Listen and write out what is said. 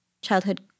childhood